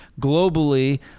Globally